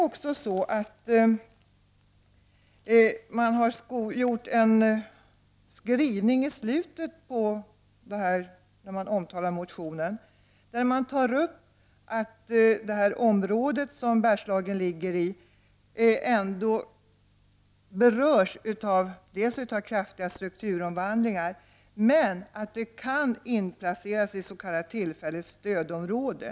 Utskottet skriver i samband med sin behandling av motionen att det område Bergslagen ligger i berörs av kraftiga strukturomvandlingar men att området kan komma att inplaceras i s.k. tillfälligt stödområde.